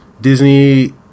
Disney